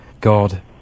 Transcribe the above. God